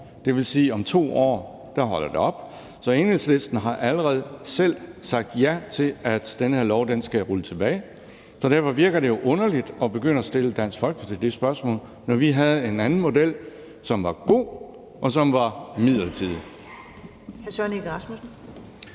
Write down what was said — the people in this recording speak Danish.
Det vil sige, at om 2 år holder det op. Så Enhedslisten har allerede selv sagt ja til, at den her lov skal rulles tilbage. Derfor virker det underligt at begynde at stille Dansk Folkeparti det spørgsmål, når vi havde en anden model, som var god, og som var midlertidig.